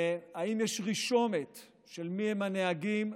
וגם האם יש תרשומת של מיהם הנהגים,